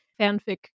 fanfic